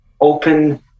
open